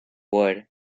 wood